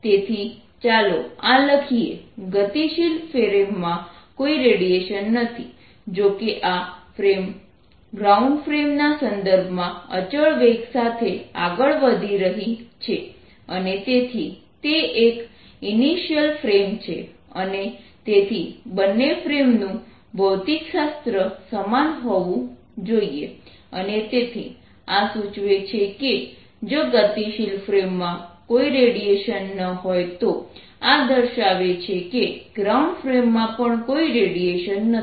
તેથી ચાલો આ લખીએ ગતિશીલ ફ્રેમમાં કોઈ રેડિયેશન નથી જો કે આ ફ્રેમ ગ્રાઉન્ડ ફ્રેમના સંદર્ભમાં અચળ વેગ સાથે આગળ વધી રહી છે અને તેથી તે એક ઇનર્શિયલ ફ્રેમ છે અને તેથી બંને ફ્રેમનું ભૌતિકશાસ્ત્ર સમાન હોવું જોઈએ અને તેથી આ સૂચવે છે કે જો ગતિશીલ ફ્રેમમાં કોઈ રેડિયેશન ન હોય તો આ દર્શાવે છે કે ગ્રાઉન્ડ ફ્રેમમાં પણ કોઈ રેડિયેશન નથી